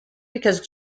because